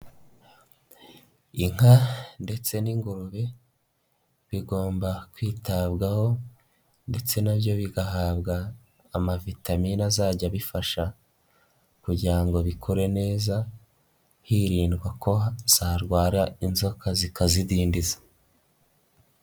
Inka ndetse n'ingurube bigomba kwitabwaho ndetse na byo bigahabwa amavitamini azajya bifasha kugira ngo bikure neza hirindwa ko zarwara inzoka zikazidindiza.